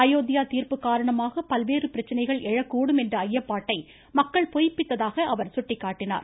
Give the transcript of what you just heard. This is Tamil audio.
அயோத்தியா தீர்ப்பு காரணமாக பல்வேறு பிரச்சனைகள் எழக்கூடும் என்ற ஐயப்பாட்டை மக்கள் பொய்ப்பித்ததாக அவர் சுட்டிக்காட்டினார்